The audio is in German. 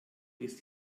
ist